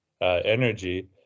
energy